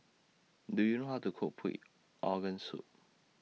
Do YOU know How to Cook Pig Organ Soup